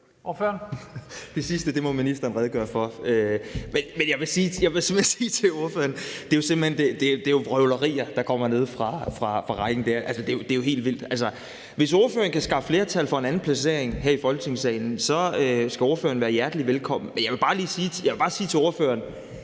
Det sidste må ministeren redegøre for. Men jeg vil simpelt hen sige til ordføreren, at det jo er vrøvlerier, der kommer nede fra rækken der. Det er jo helt vildt. Hvis ordføreren kan skaffe et flertal for en anden placering, her i Folketingssalen, så skal ordføreren være hjertelig velkommen. Men jeg vil bare lige sige til ordføreren,